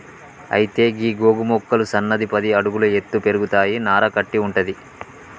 అయితే గీ గోగు మొక్కలు సన్నగా పది అడుగుల ఎత్తు పెరుగుతాయి నార కట్టి వుంటది